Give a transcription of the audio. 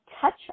touch